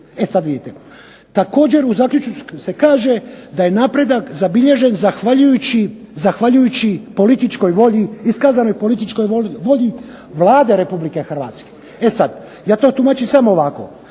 E sad vidite, također u zaključku se kaže da je napredak zabilježen zahvaljujući političkoj volji, iskazanoj političkoj volji Vlade Republike Hrvatske. E sad, ja to tumačim samo ovako.